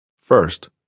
First